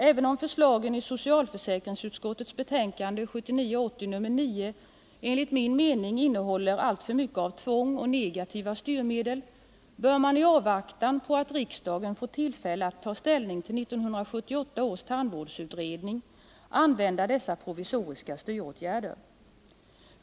Även om förslagen i socialförsäkringsutskottets betänkande 1979/80:9 enligt min mening innehåller alltför mycket av tvång och negativa styrmedel, bör man i avvaktan på att riksdagen får tillfälle att ta ställning till 1978 års tandvårdsutredning använda dessa provisoriska styråtgärder.